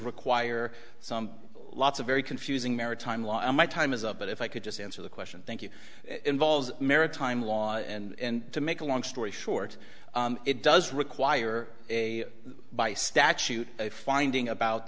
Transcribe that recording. require some lots of very confusing maritime law and my time is up but if i could just answer the question thank you involves maritime law and to make a long story short it does require a by statute a finding about